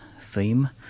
theme